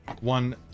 One